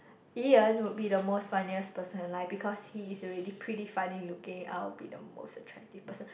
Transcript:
Ian would be the most funniest person alive because he is already pretty funny looking I would be the most attractive person